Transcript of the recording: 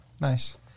nice